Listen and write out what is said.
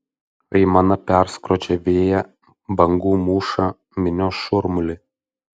aimana perskrodžia vėją bangų mūšą minios šurmulį